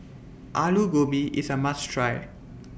Alu Gobi IS A must Try